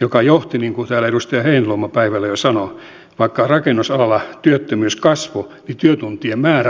joka johti niin kuin täällä edustaja heinäluoma päivällä jo sanoi siihen että vaikka rakennusalalla työttömyys kasvoi niin työtuntien määrä nousi